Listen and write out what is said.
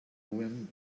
woven